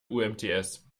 umts